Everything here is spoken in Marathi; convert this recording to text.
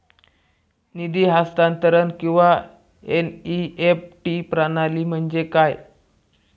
निधी हस्तांतरण किंवा एन.ई.एफ.टी प्रणाली म्हणजे काय?